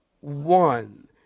One